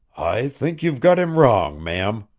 i think you've got him wrong, ma'am,